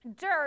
dirt